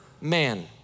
man